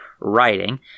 writing